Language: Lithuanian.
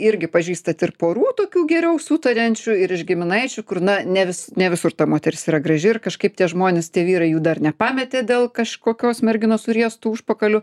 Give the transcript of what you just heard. irgi pažįstat ir porų tokių geriau sutariančių ir iš giminaičių kur na ne vis ne visur ta moteris yra graži ir kažkaip tie žmonės tie vyrai jų dar nepametė dėl kažkokios merginos su riestu užpakaliu